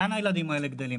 לאן הילדים האלה גדלים?